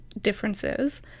differences